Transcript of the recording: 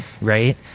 right